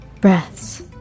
breaths